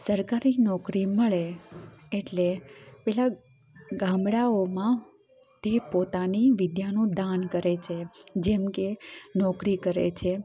સરકારી નોકરી મળે એટલે પહેલા ગામડાઓ માં તે પોતાની વિદ્યાનું દાન કરે છે જેમકે નોકરી કરે છે